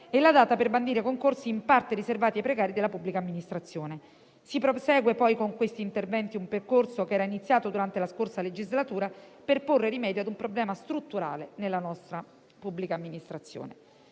e la data per bandire concorsi in parte riservati ai precari della pubblica amministrazione. Si prosegue poi con questi interventi un percorso che era iniziato durante la scorsa legislatura, per porre rimedio a un problema strutturale nella nostra pubblica amministrazione.